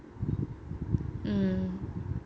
mm